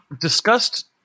discussed